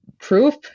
proof